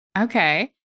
Okay